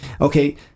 okay